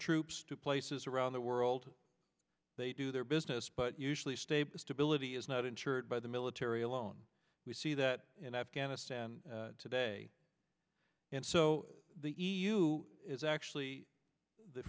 troops to places around the world they do their business but usually state stability is not ensured by the military alone we see that in afghanistan today and so the e u is actually the